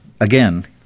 Again